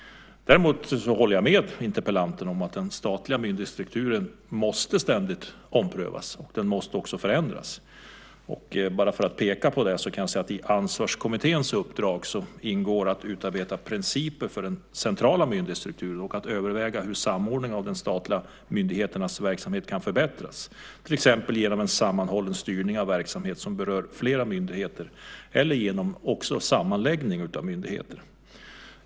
Däremot håller jag med interpellanten om att den statliga myndighetsstrukturen ständigt måste omprövas, och den måste också förändras. För att ge ett exempel på detta kan jag säga att i Ansvarskommitténs uppdrag ingår att utarbeta principer för den centrala myndighetsstrukturen och överväga hur samordningen av de statliga myndigheternas verksamhet kan förbättras till exempel genom en sammanhållen styrning av den verksamhet som berör flera myndigheter eller genom sammanläggning av myndigheter.